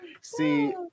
See